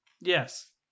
Yes